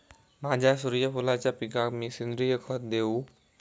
माझ्या सूर्यफुलाच्या पिकाक मी सेंद्रिय खत देवू?